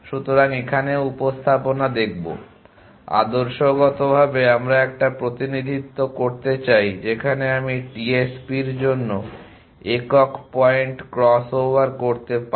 সুতরাং এখানেও উপস্থাপনা দেখবো আদর্শগতভাবে আমরা একটি প্রতিনিধিত্ব করতে চাই যেখানে আমি TSP এর জন্য একক পয়েন্ট ক্রস ওভার করতে পারি